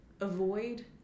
avoid